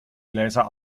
gläser